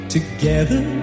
Together